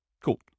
Cool